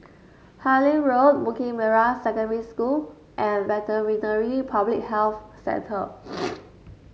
Harlyn Road Bukit Merah Secondary School and Veterinary Public Health Centre